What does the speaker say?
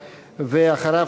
ואחריו,